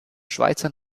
schweizer